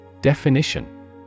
Definition